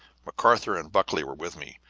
mcarthur and buckley were with me,